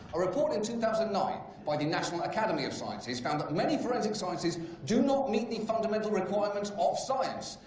a report in two thousand and nine by the national academy of sciences found many forensic sciences do not meet the fundamental requirements of science.